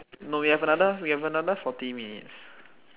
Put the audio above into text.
no we have another we have another forty minutes